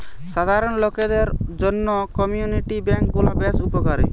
সাধারণ লোকদের জন্য কমিউনিটি বেঙ্ক গুলা বেশ উপকারী